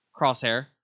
Crosshair